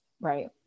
Right